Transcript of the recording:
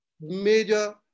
major